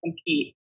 compete